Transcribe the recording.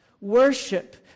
Worship